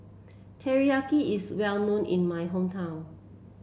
teriyaki is well known in my hometown